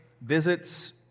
visits